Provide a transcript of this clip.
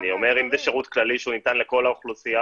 אני אומר אם זה שירות כללי שניתן לכל האוכלוסייה,